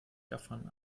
gaffern